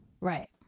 Right